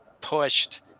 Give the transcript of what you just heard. pushed